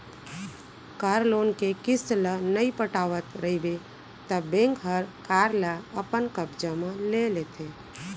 car loan के किस्त ल नइ पटावत रइबे त बेंक हर कार ल अपन कब्जा म ले लेथे